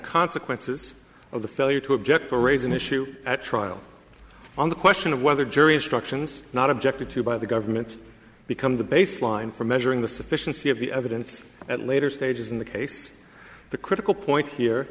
consequences of the failure to object or raise an issue at trial on the question of whether jury instructions not objected to by the government become the baseline for measuring the sufficiency of the evidence at later stages in the case the critical point here